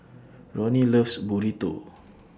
Ronnie loves Burrito